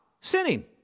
sinning